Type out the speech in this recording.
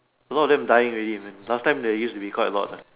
allow them dying in the evening last time they used to be quite a lot ah